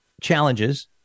challenges